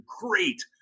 great